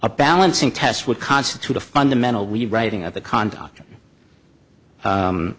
a balancing test would constitute a fundamental we writing of the